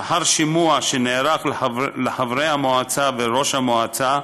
לאחר שימוע שנערך לחברי המועצה ולראש המועצה,